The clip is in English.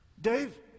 Dave